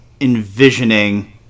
envisioning